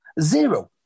Zero